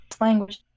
language